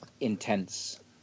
intense